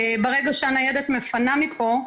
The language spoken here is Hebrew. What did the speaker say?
ברגע שניידת מפנה מפה,